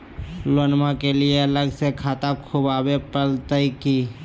लोनमा के लिए अलग से खाता खुवाबे प्रतय की?